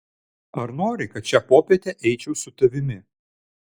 ar nori kad šią popietę eičiau su tavimi